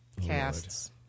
casts